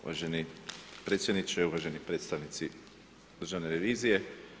Uvaženi predsjedniče, uvaženi predstavnici državne revizije.